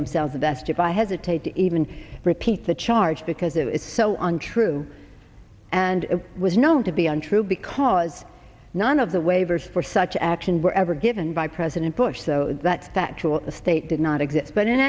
themselves of that stiff i hesitate to even repeat the charge because it is so on true and it was known to be untrue because none of the waivers for such action were ever given by president bush so that factual the state did not exist but in